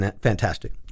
fantastic